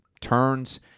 turns